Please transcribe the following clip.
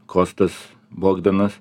kostas bogdanas